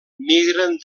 migren